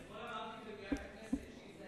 אבל אתמול אמרתי במליאת הכנסת שאם זה